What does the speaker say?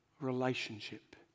relationship